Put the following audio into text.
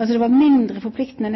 Den var mindre forpliktende